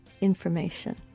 information